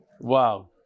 Wow